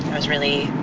was really,